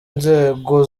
inzego